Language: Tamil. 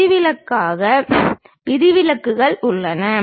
விதிவிலக்கான விதிவிலக்குகள் உள்ளன